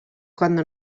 cuando